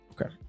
Okay